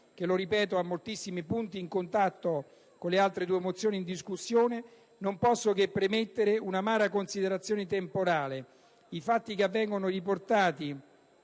che - lo ripeto - ha moltissimi punti in comune con le altre due mozioni in discussione, non posso che premettere un'amara considerazione temporale: i fatti in essa riportati